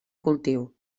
cultiu